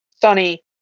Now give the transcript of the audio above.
sunny